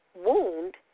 wound